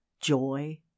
joy